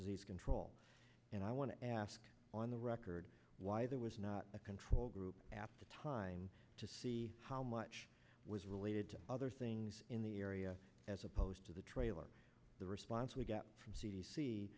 disease control and i want to ask on the record why there was not a control group after time to see how much was related to other things in the area as opposed to the trailer the response we got from c d c